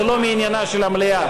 זה לא מעניינה של המליאה.